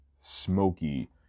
smoky